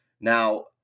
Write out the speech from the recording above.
Now